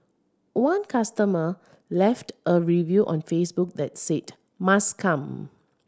one customer left a review on Facebook that said 'must come'